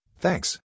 thanks